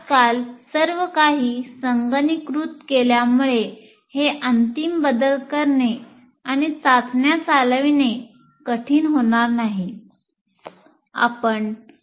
आजकाल सर्वकाही संगणकीकृत केल्यामुळे हे अंतिम बदल करणे आणि चाचण्या चालविणे कठीण होणार नाही